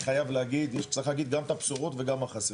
צריך להגיד גם את הבשורות וגם מה חסר.